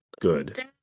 good